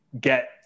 get –